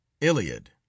Iliad